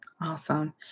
Awesome